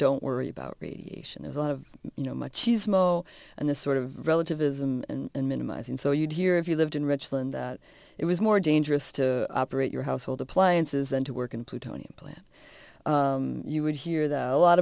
don't worry about radiation there's a lot of you know my cheese mo and this sort of relativism and minimizing so you'd hear if you lived in richland it was more dangerous to operate your household appliances and to work in plutonium plant you would hear that a lot